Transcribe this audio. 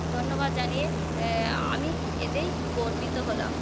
ধন্যবাদ জানিয়ে আমি এতেই গর্বিত হলাম